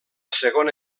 segona